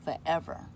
forever